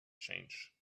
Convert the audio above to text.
change